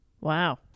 Wow